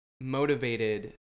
motivated